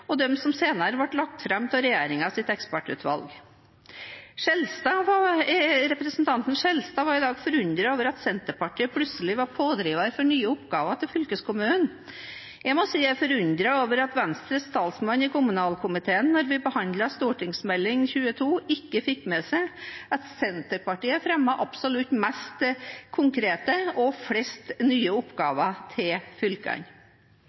og dem som senere ble lagt fram av regjeringens ekspertutvalg. Representanten Skjelstad var i dag forundret over at Senterpartiet plutselig var pådriver for nye oppgaver til fylkeskommunen. Jeg må si jeg er forundret over at Venstres talsmann i kommunalkomiteen da vi behandlet Meld. St. 22, ikke fikk med seg at Senterpartiet fremmet de absolutt mest konkrete og flest nye oppgaver til fylkene.